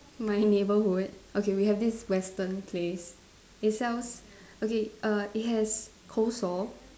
my neighbourhood okay we have this Western place it sells okay err it has coleslaw